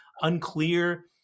unclear